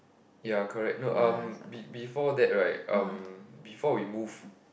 ya correct no um be~ before that right um before we move